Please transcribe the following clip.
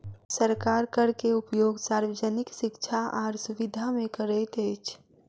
सरकार कर के उपयोग सार्वजनिक शिक्षा आर सुविधा में करैत अछि